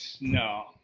No